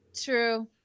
True